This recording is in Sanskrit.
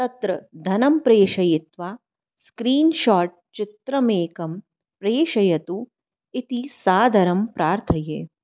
तत्र धनं प्रेषयित्वा स्क्रीन्शाट् चित्रमेकं प्रेषयतु इति सादरं प्रार्थये